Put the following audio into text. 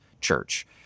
Church